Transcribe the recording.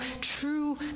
true